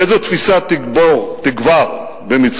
איזו תפיסה תגבר במצרים?